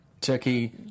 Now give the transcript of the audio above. turkey